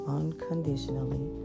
unconditionally